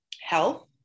health